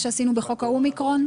אם הוא עובד בחקלאות והוא לא מקבל שכר,